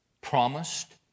promised